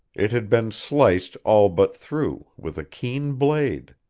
it had been sliced all but through, with a keen blade.